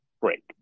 Break